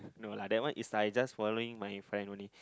no lah that one is I just following my friend only